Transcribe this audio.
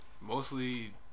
Mostly